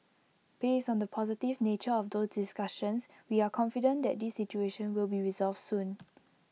based on the positive nature of those discussions we are confident that this situation will be resolved soon